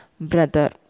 brother